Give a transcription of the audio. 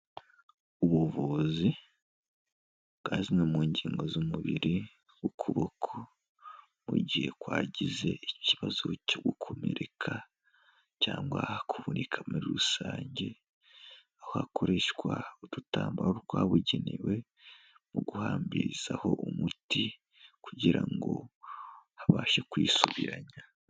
Ubuvuzi bwa zimwe mu ngingo z'umubiri nk'ukuboko, mu gihe kwagize ikibazo cyo gukomereka cyangwa kuvunika muri rusange, aho hakoreshwa udutambaro rwabugenewe, mu guhabirizaho umuti kugira ngo habashe kwisubiranya.